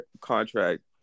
contract